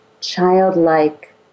childlike